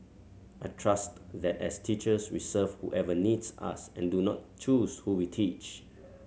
I trust that as teachers we serve whoever needs us and do not choose who we teach